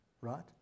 right